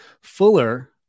Fuller